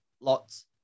lots